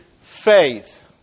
faith